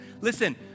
listen